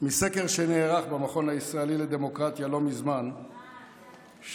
מסקר שנערך במכון הישראלי לדמוקרטיה לא מזמן שהאמון